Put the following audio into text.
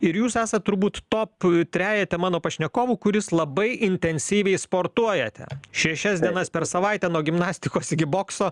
ir jūs esat turbūt top trejete mano pašnekovų kuris labai intensyviai sportuojate šešias dienas per savaitę nuo gimnastikos iki bokso